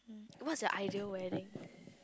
what's your ideal wedding